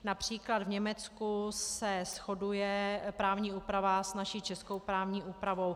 Například v Německu se shoduje právní úprava s naší českou právní úpravou.